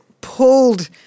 pulled